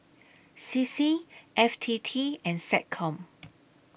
C C F T T and Seccom